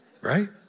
Right